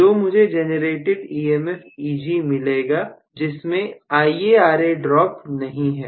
तो मुझे generated EMF Eg मिलेगाजिसमें IaRa ड्रॉप नहीं है